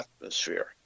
atmosphere